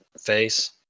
face